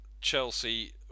Chelsea